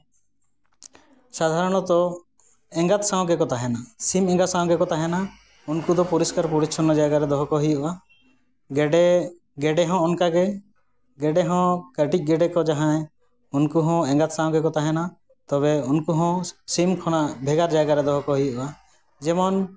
ᱥᱟᱫᱷᱟᱨᱚᱱᱚᱛᱚ ᱮᱸᱜᱟᱛ ᱥᱟᱶᱜᱮᱠᱚ ᱛᱟᱦᱮᱱᱟ ᱥᱤᱢ ᱮᱸᱜᱟ ᱥᱟᱶ ᱜᱮᱠᱚ ᱛᱟᱦᱮᱱᱟ ᱩᱱᱠᱩ ᱫᱚ ᱯᱚᱨᱤᱥᱠᱟᱨ ᱯᱚᱨᱤᱪᱷᱚᱱᱱᱚ ᱡᱟᱭᱜᱟ ᱨᱮ ᱫᱚᱦᱚ ᱠᱚ ᱦᱩᱭᱩᱜᱼᱟ ᱜᱮᱰᱮ ᱜᱮᱰᱮ ᱦᱚᱸ ᱚᱱᱠᱟ ᱜᱮ ᱜᱮᱰᱮ ᱦᱚᱸ ᱠᱟᱹᱴᱤᱡ ᱜᱮᱰᱮ ᱠᱚ ᱡᱟᱦᱟᱸᱭ ᱩᱱᱠᱩ ᱦᱚᱸ ᱮᱸᱜᱟᱛ ᱥᱟᱶᱜᱮᱠᱚ ᱛᱟᱦᱮᱱᱟ ᱛᱚᱵᱮ ᱩᱱᱠᱩ ᱦᱚᱸ ᱥᱤᱢ ᱠᱷᱚᱱᱟᱜ ᱵᱷᱮᱜᱟᱨ ᱡᱟᱭᱜᱟ ᱨᱮ ᱫᱚᱦᱚ ᱠᱚ ᱦᱩᱭᱩᱜᱼᱟ ᱡᱮᱢᱚᱱ